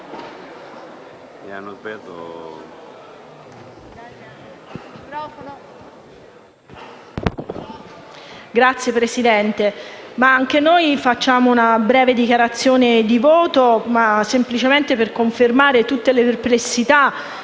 Signor Presidente, anche noi facciamo una dichiarazione di voto breve, semplicemente per confermare tutte le perplessità